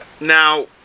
Now